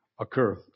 occur